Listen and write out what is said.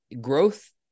growth